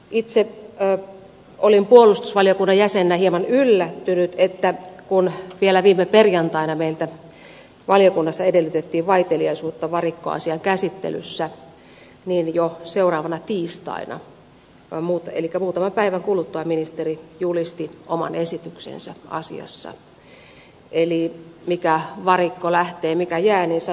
itse olin puolustusvaliokunnan jäsenenä hieman yllättynyt että kun vielä viime perjantaina meiltä valiokunnassa edellytettiin vaiteliaisuutta varikkoasian käsittelyssä niin jo seuraavana tiistaina elikkä muutaman päivän kuluttua ministeri julisti oman esityksensä asiassa eli mikä varikko lähtee mikä jää niin sanotusti